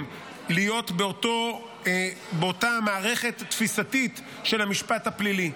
להיות באותה מערכת תפיסתית של המשפט הפלילי.